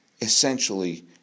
essentially